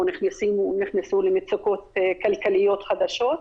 או נכנסו למצוקות כלכליות חדשות.